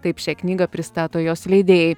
taip šią knygą pristato jos leidėjai